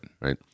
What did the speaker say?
right